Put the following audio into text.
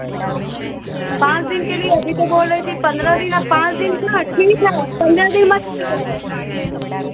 पाँच दिन के लिए अभी तो बोल रही थी पंद्रह दिन अब पाँच दिन ना ठीक है पंद्रह दिन मत कीजिएगा